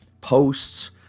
posts